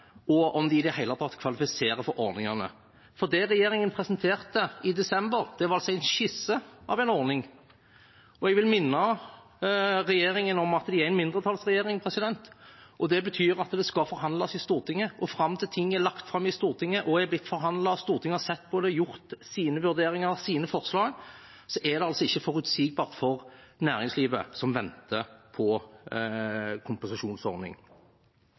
og om de i det hele tatt kvalifiserer for ordningene. Det regjeringen presenterte i desember, var en skisse av en ordning, og jeg vil minne regjeringen om at de er en mindretallsregjering. Det betyr at det skal forhandles i Stortinget, og fram til ting er lagt fram i Stortinget og er blitt forhandlet, Stortinget har sett på det, gjort sine vurderinger og kommet med sine forslag, er det altså ikke forutsigbart for næringslivet, som venter på en kompensasjonsordning.